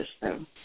system